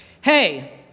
Hey